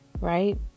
Right